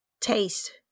Taste